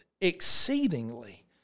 exceedingly